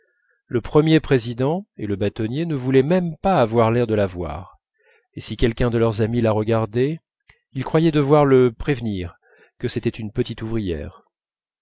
le premier président et le bâtonnier ne voulaient même pas avoir l'air de la voir et si quelqu'un de leurs amis la regardait ils croyaient devoir le prévenir que c'était une petite ouvrière